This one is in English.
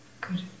Good